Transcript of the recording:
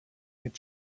les